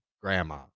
grandma